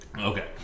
Okay